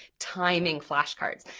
timing flashcards,